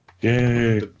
Yay